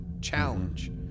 challenge